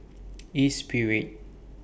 Espirit